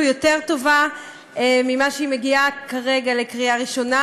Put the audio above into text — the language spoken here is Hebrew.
יותר טובה ממה שהיא מגיעה כרגע לקריאה ראשונה.